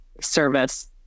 service